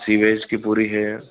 सीमेज की पूरी है